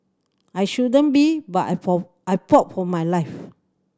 I shouldn't be but I I for my life